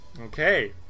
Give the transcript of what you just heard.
Okay